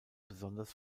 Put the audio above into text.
besonders